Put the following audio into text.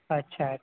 અચ્છા